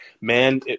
man